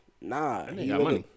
Nah